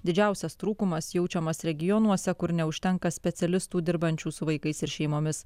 didžiausias trūkumas jaučiamas regionuose kur neužtenka specialistų dirbančių su vaikais ir šeimomis